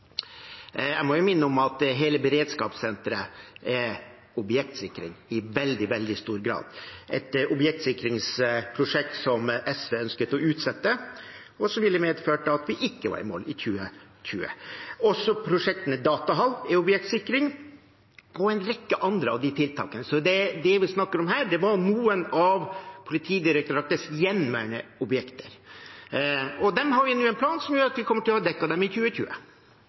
Jeg må minne om at hele beredskapssenteret er objektsikring i veldig, veldig stor grad – et objektsikringsprosjekt som SV ønsket å utsette, og som ville medført at vi ikke var i mål i 2020. Også prosjekter med datahall er objektsikring, og en rekke andre av tiltakene. Det vi snakker om her, var noen av Politidirektoratets gjenværende objekter. De har vi nå en plan for som gjør at vi kommer til å ha dekket dem i 2020.